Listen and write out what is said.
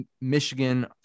Michigan –